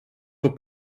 voor